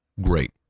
Great